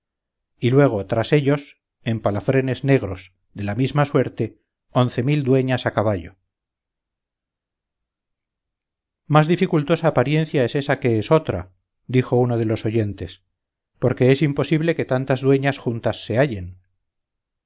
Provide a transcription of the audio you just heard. y luego tras ellos en palafrenes negros de la misma suerte once mil dueñas a caballo más dificultosa apariencia es ésa que esotra dijo uno de los oyentes porque es imposible que tantas dueñas juntas se hallen